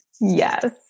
Yes